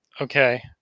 Okay